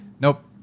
Nope